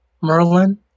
Merlin